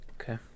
Okay